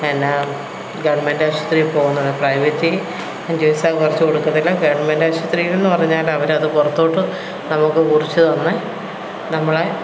എന്നാൽ ഗവൺമെൻ്റ് ആശുപത്രിയിൽ പോകുന്നത് പ്രൈവറ്റിൽ അഞ്ച് പൈസ കുറച്ച് കൊടുക്കത്തില്ല ഗവൺമെൻ്റ് ആശുപത്രിയിൽ നിന്ന് പറഞ്ഞാൽ അവർ അത് പുറത്തോട്ട് നമ്മൾക്ക് കുറിച്ചു തന്ന് നമ്മളെ